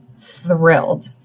thrilled